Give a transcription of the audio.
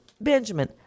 Benjamin